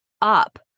up